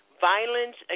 violence